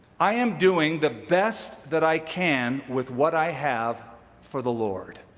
i am doing the best that i can with what i have for the lord.